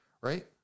right